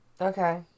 Okay